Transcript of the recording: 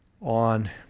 on